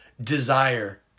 desire